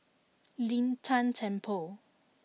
Lin Tan Temple